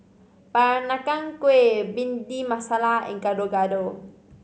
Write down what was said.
Peranakan Kueh Bhindi Masala and Gado Gado